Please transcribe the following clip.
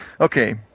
Okay